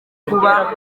kuba